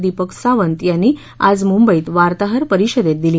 दीपक सावंत यांनी आज मुंबईत वार्ताहर परिषदेत दिली